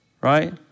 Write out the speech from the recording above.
right